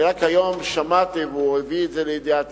אני רק היום שמעתי, והוא הביא את זה לידיעתי,